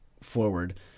forward